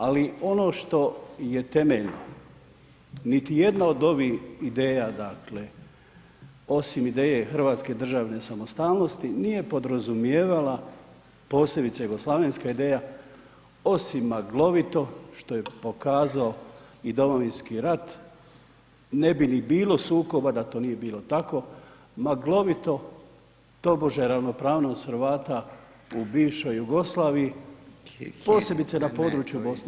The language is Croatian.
Ali ono što je temeljno niti jedna od ovih ideja dakle, osim ideje hrvatske državne samostalnosti nije podrazumijevala posebice jugoslavenska ideja osim maglovito što je pokazao i Domovinski rat, ne bi ni bilo sukoba da to nije bilo tako, maglovito, tobože ravnopravnost Hrvata u bivšoj Jugoslaviji i posebice na području BiH.